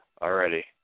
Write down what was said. already